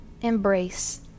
embrace